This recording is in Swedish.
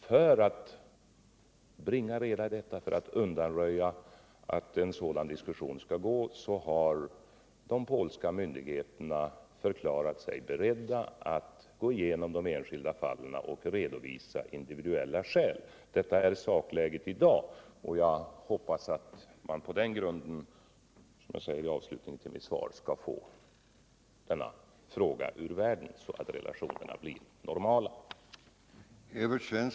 För att förhindra att en sådan diskussion skall uppstå har de polska myndigheterna förklarat sig beredda att gå igenom de enskilda fallen och individuellt redovisa skälen för sådan vägran. Detta är sakläget i dag, och jag hoppas att vi på den grund som jag angivit i avslutningen av mitt svar skall kunna få denna fråga ur världen, så att de goda relationerna inte störs.